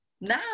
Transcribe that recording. now